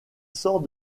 sort